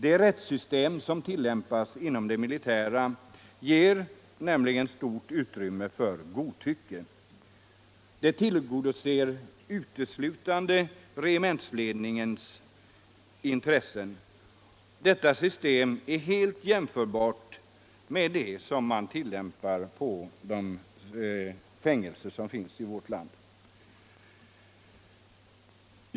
Det rättssystem som tillämpas inom det militära ger nämligen stort utrymme för godtycke. Det tillgodoser uteslutande regementsledningens intressen. Detta system är helt jämförbart med det som tillämpas på fängelserna i vårt land.